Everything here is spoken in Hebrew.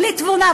בלי תבונה,